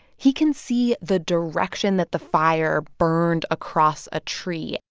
he can see the direction that the fire burned across a tree.